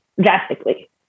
drastically